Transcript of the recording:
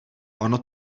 ono